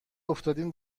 افتادیم